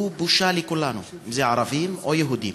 הוא בושה לכולנו, אם ערבים ואם יהודים.